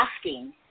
asking